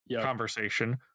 conversation